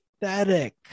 pathetic